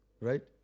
right